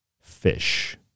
fish